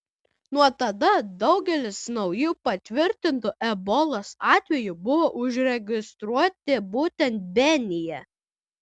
nuo tada daugelis naujų patvirtintų ebolos atvejų buvo užregistruoti būtent benyje